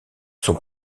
son